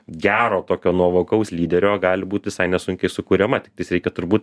gero tokio nuovokaus lyderio gali būt visai nesunkiai sukuriama tiktais reikia turbūt